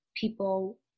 people